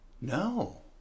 No